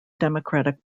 democratic